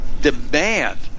demand